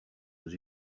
aux